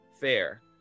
Fair